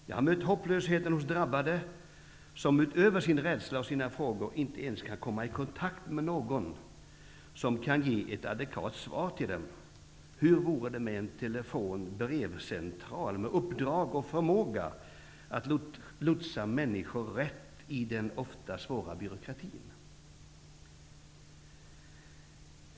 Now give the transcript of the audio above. Jag har mött hopplösheten hos drabbade, som utöver sin rädsla och sina frågor inte ens kan komma i kontakt med någon som kan ge ett adekvat svar till dem. Hur vore det med en telefon/brevcentral med uppdrag och förmåga att lotsa människor rätt i den ofta så svåra byråkratin?